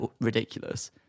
ridiculous